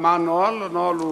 מה הנוהל?